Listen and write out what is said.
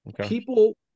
People